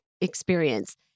experience